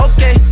Okay